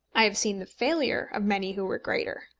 i have seen the failure of many who were greater.